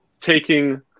taking